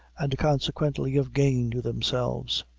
and consequently of gain to themselves.